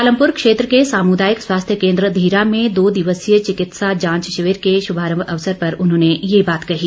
पालमपुर क्षेत्र के सामुदायिक स्वास्थ्य केंद्र धीरा में दो दिवसीय चिकित्सा जांच शिविर के शुभारंभ अवसर पर उन्होंने ये बात कही